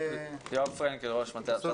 יואב פרנקל, ראש מטה החינוך.